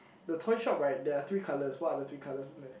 the toy shop right there are three colours what are the three colours in there